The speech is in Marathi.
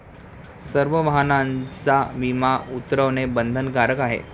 सर्व वाहनांचा विमा उतरवणे बंधनकारक आहे